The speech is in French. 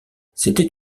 c’était